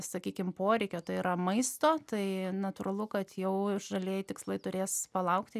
sakykim poreikio tai yra maisto tai natūralu kad jau žalieji tikslai turės palaukti